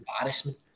embarrassment